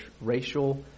racial